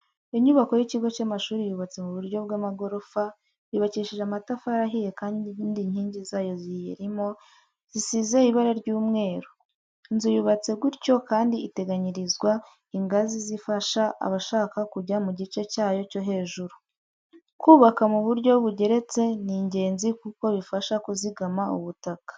Inyubako y'ikigo cy'amashuri yubatse mu buryo bw'amagorofa, yubakishije amatafari ahiye kandi inkingi zigiye ziyirimo zisize ibara ry'umweru. Inzu yubatse gutyo kandi iteganyirizwa ingazi zifasha abashaka kujya mu gice cyayo cyo hejuru. Kubaka mu buryo bugeretse ni ingenzi kuko bifasha kuzigama ubutaka.